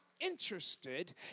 interested